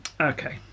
Okay